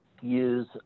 use